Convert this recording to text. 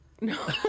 no